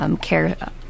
care